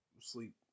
sleep